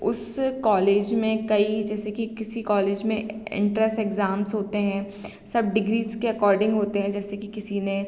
उस कॉलेज में कई जैसे कि किसी कॉलेज में इंटरेस एग्ज़ाम्स होते हैं सब डिग्रीज़ के एकॉर्डिंग होते हैं जैसे कि किसी ने